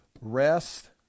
rest